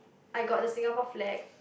I got the Singapore flag